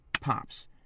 pops